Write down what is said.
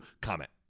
comment